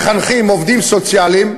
מחנכים, עובדים סוציאליים,